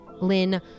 Lynn